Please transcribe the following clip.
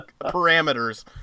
parameters